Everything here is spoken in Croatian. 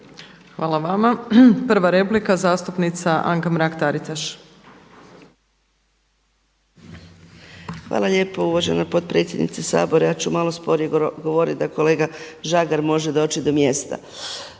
Hvala vama. Prva replika zastupnica Anka Mrak TAritaš. **Mrak-Taritaš, Anka (HNS)** Hvala lijepa uvažena potpredsjednice Sabora. Ja ću malo sporije govoriti da kolega Žagar može doći do mjesta.